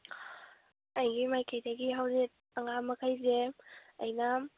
ꯑꯩꯒꯤ ꯃꯥꯏꯀꯩꯗꯒꯤ ꯍꯧꯖꯤꯛ ꯑꯉꯥꯡ ꯃꯈꯩꯁꯦ ꯑꯩꯅ